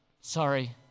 Sorry